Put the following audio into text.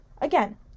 again